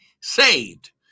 saved